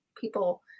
people